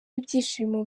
ibyishimo